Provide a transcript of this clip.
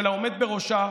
של העומד בראשה,